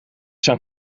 zijn